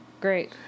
great